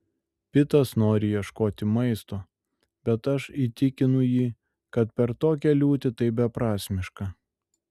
pitas nori ieškoti maisto bet aš įtikinu jį kad per tokią liūtį tai beprasmiška